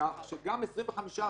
כשגם בית המשפט